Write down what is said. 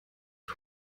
vom